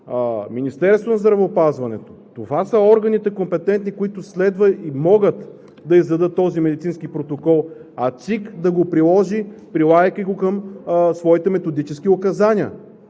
Министерството на здравеопазването – това са компетентните органи, които следва и могат да издадат този медицински протокол, а ЦИК да го приложи, прилагайки го към своите методически указания,